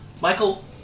Michael